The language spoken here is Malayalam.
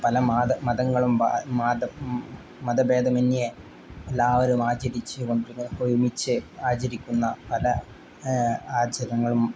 പല മാത മതങ്ങളും മതഭേദമന്യേ എല്ലാവരും ആചരിച്ച് കൊണ്ട് ഒരുമിച്ച് ആചരിക്കുന്ന പല ആചരങ്ങളും